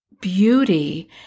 beauty